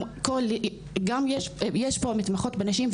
יש פה מתמחות בנשים,